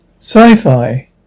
Sci-fi